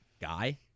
guy